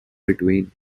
between